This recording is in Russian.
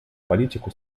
политику